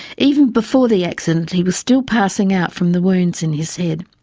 even before the accident he was still passing out from the wounds in his head.